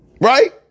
Right